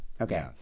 Okay